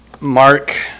mark